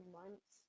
months